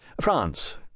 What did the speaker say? France